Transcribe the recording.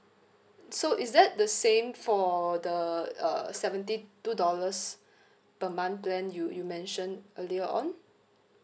so is that the same for the uh seventy two dollars per month plan you you mentioned earlier on